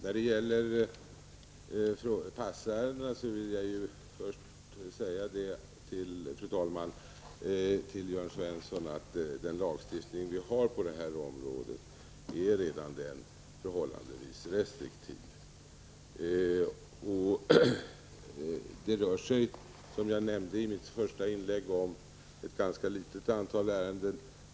Fru talman! Redan den lagstiftning som vi har när det gäller passärenden är förhållandevis restriktiv, Jörn Svensson. Det rör sig, som jag nämnde i mitt första inlägg, om ett ganska litet antal ärenden.